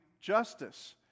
justice